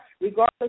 regardless